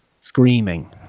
Screaming